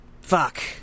fuck